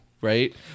right